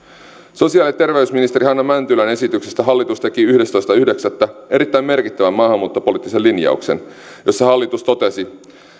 sosiaali ja terveysministeri hanna mäntylän esityksestä hallitus teki yhdestoista yhdeksättä kaksituhattaviisitoista erittäin merkittävän maahanmuuttopoliittisen linjauksen jossa hallitus totesi